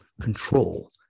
control